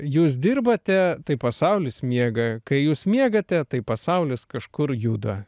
jūs dirbate tai pasaulis miega kai jūs miegate tai pasaulis kažkur juda